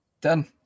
Done